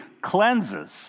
cleanses